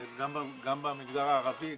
גם במגזר הערבי,